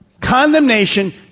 Condemnation